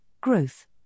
growth